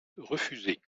refusé